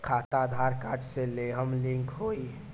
खाता आधार कार्ड से लेहम लिंक होई?